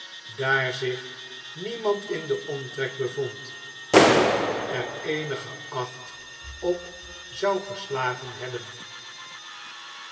daar zich niemana in den omtrek bevond die er eenige acht op zou geslagen hebben